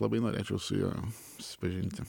labai norėčiau su juo susipažinti